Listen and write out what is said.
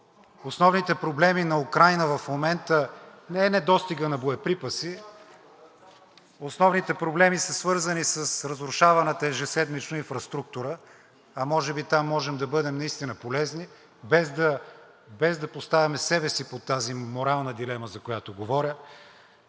основните проблеми на Украйна в момента не е недостигът на боеприпаси. Основните проблеми са свързани с разрушаваната ежеседмично инфраструктура, а може би там може да бъдем наистина полезни, без да поставяме себе си под тази морална дилема, за която говоря,